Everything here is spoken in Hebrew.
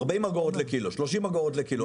40 אג' לקילו, 30 אג' לקילו.